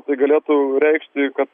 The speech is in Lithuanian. tai galėtų reikšti kad